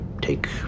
take